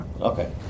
Okay